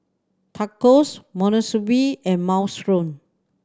Tacos Monsunabe and Minestrone